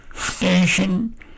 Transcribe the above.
station